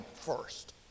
first